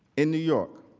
in new york.